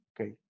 okay